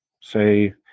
say